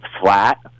flat